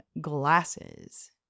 glasses